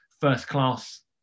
first-class